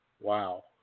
Wow